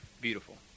beautiful